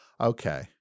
Okay